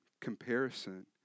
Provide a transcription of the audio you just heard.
comparison